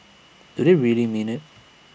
do they really mean IT